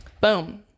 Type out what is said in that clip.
Boom